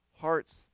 hearts